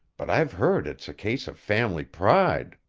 but i've heard it's a case of family pride.